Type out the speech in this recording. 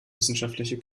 wissenschaftliche